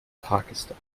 pakistan